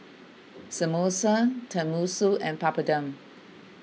Samosa Tenmusu and Papadum